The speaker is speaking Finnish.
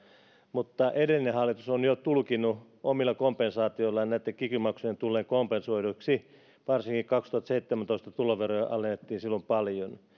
mutta edellinen hallitus on jo tulkinnut omilla kompensaatioillaan näitten kiky maksujen tulleen kompensoiduiksi varsinkin kaksituhattaseitsemäntoista tuloveroja alennettiin silloin paljon